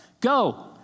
go